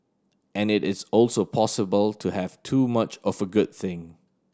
and it is also possible to have too much of a good thing